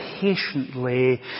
Patiently